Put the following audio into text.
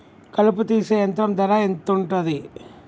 కలుపు తీసే యంత్రం ధర ఎంతుటది?